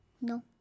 No